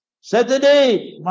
Saturday